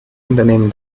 unternehmen